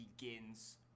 begins